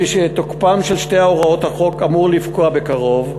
משתוקפן של שתי הוראות החוק אמור לפקוע בקרוב,